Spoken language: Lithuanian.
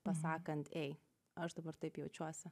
pasakant ei aš dabar taip jaučiuosi